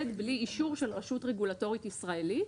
בלי אישור של רשות רגולטורית ישראלית,